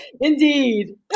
Indeed